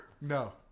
No